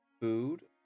food